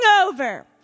over